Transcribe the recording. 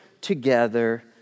together